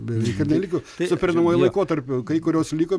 beveik ir neliko su pereinamuoju laikotarpiu kai kurios liko